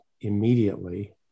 immediately